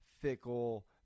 fickle